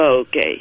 Okay